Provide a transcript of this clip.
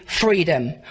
freedom